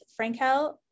Frankel